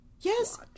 Yes